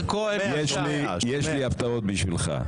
בועז, יש לי הפתעות בשבילך.